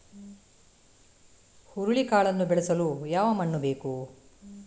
ಹುರುಳಿಕಾಳನ್ನು ಬೆಳೆಸಲು ಯಾವ ಮಣ್ಣು ಬೇಕು?